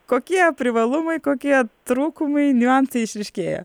kokie privalumai kokie trūkumai niuansai išryškėja